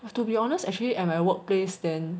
to be honest actually at my workplace then